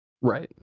right